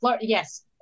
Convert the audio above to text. yes